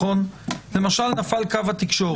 למשל נפל קו התקשורת.